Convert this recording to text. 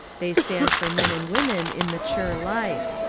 they stand for men and women in mature life.